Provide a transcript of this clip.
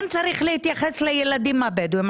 כן צריך להתייחס לילדים הבדואים.